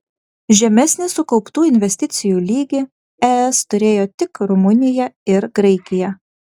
žemesnį sukauptų investicijų lygį es turėjo tik rumunija ir graikija